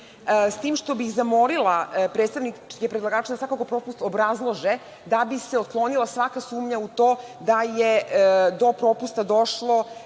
s tim što bih zamolila predstavnike predlagača da taj propust obrazlože da bi se otklonila svaka sumnja u to da je do propusta došlo